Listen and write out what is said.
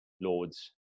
Lords